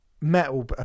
metal